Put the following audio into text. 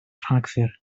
rhagfyr